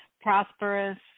prosperous